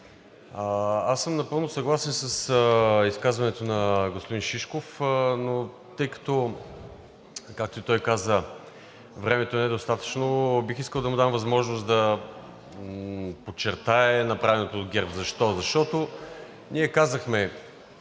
Аз съм напълно съгласен с изказването на господин Шишков, но тъй като, както и той каза, времето не е достатъчно, бих искал да му дам възможност да подчертае направеното от ГЕРБ. Защо? Защото ние казахме: